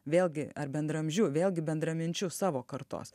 vėlgi ar bendraamžiu vėlgi bendraminčiu savo kartos